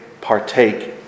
partake